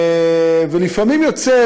ולפעמים יוצא,